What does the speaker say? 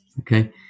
okay